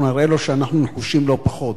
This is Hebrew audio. אנחנו נראה לו שאנחנו נחושים לא פחות.